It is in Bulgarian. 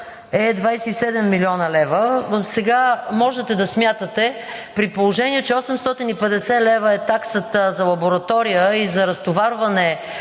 е 27 млн. лв. Сега можете да смятате, при положение че 850 лв. е таксата за лаборатория и за разтоварване